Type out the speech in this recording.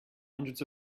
hundreds